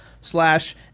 slash